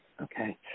Okay